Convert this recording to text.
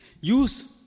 use